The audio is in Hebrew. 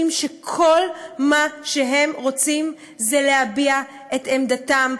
שכל מה שהם רוצים זה להביע את עמדתם,